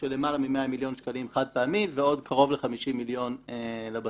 של למעלה מ-100 מיליון שקלים חד-פעמי ועוד קרוב ל-50 מיליון לבסיס.